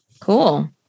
Cool